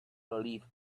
leave